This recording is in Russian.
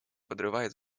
подрывает